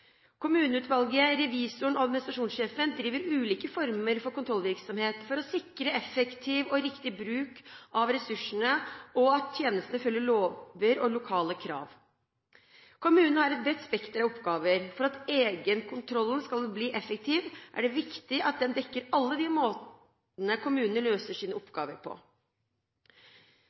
Kommuneutvalget, revisoren og administrasjonssjefen driver ulike former for kontrollvirksomhet for å sikre effektiv og riktig bruk av ressursene og at tjenestene følger lover og lokale krav. Kommunen har et bredt spekter av oppgaver. For at egenkontrollen skal bli effektiv er det viktig at den dekker alle de måtene kommunen løser sine oppgaver på.